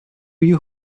you